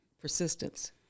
persistence